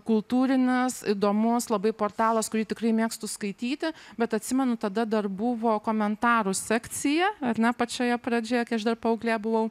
kultūrinis įdomus labai portalas kurį tikrai mėgstu skaityti bet atsimenu tada dar buvo komentarų sekcija ar ne pačioje pradžioje kai aš dar paauglė buvau